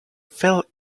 fell